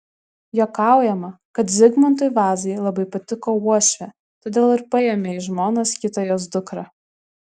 juokaujama kad zigmantui vazai labai patiko uošvė todėl ir paėmė į žmonas kitą jos dukrą